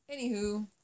Anywho